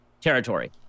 territory